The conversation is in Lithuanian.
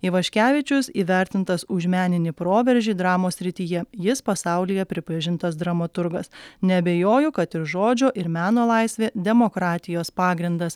ivaškevičius įvertintas už meninį proveržį dramos srityje jis pasaulyje pripažintas dramaturgas neabejoju kad ir žodžio ir meno laisvė demokratijos pagrindas